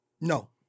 No